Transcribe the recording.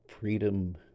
freedom